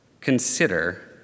consider